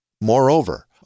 Moreover